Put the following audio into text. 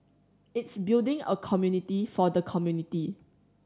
it's building a community for the community